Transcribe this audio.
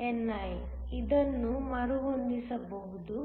NAni ಇದನ್ನು ಮರುಹೊಂದಿಸಬಹುದು